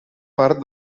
part